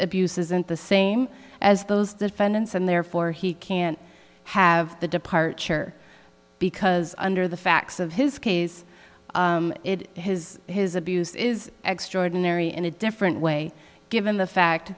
abuse isn't the same as those defendants and therefore he can't have the departure because under the facts of his case his his abuse is extraordinary in a different way given the fact